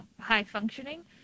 high-functioning